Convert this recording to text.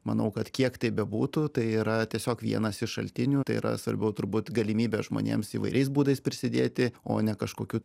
manau kad kiek tai bebūtų tai yra tiesiog vienas iš šaltinių tai yra svarbiau turbūt galimybė žmonėms įvairiais būdais prisidėti o ne kažkokiu